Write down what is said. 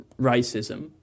racism